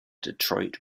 detroit